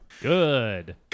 Good